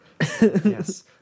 Yes